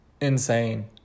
insane